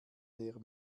der